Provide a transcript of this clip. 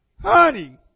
honey